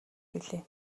билээ